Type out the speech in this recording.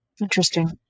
Interesting